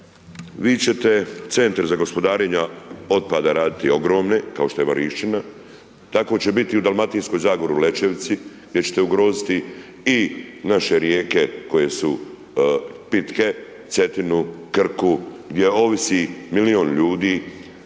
vi ćete centre za gospodarenje otpadom raditi ogromne, kao što je Marišćina. Tako će biti i u Dalmatinskoj zagori u Lećevici gdje ćete ugroziti i naše rijeke koje su pitke Cetinu, Krku, gdje ovisi milijun ljudi